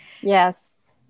Yes